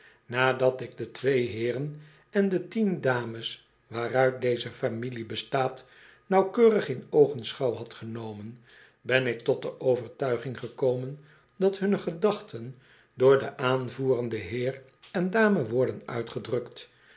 nadat ik de twee heeren en de tien dames waaruit deze familie bestaat nauwkeurig in oogenschouw had genomen ben ik tot de overtuiging gekomen dat hunne gedachten door de aanvoerende heer en dame worden uitgedrukt